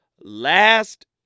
last